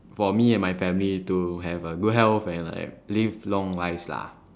for me and my family to have a good health and like live long lives lah